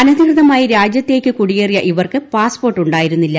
അനധികൃതമായി രാജ്യത്തേക്ക് കുടിയേറിയ ഇവർക്ക് പാസ്പോർട്ട് ഉണ്ടായിരുന്നില്ല